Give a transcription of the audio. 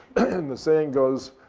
and the saying goes,